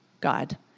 God